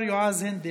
והשר יועז הנדל,